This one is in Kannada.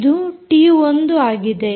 ಇದು ಟಿ1 ಆಗಿದೆ